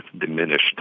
diminished